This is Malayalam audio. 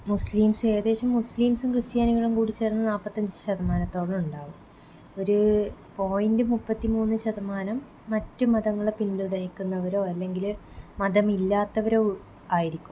മുസ്ലിംസ് ഏകദേശം മുസ്ലിംസും ക്രിസ്ത്യാനികളും കൂടി ചേര്ന്ന് നാല്പത്തഞ്ച് ശതമാനത്തോളം ഉണ്ടാകും ഒരു പോയന്റ് മുപ്പത്തി മൂന്ന് ശതമാനം മറ്റ് മതങ്ങളെ പിൻതുണയ്ക്കുന്നവരോ അല്ലെങ്കിൽ മതമില്ലാത്തവരോ ആയിരിക്കും